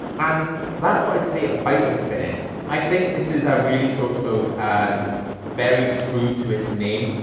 and that's what it's say about this finish. i think this is ah really sort of um very true to its name.